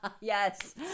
yes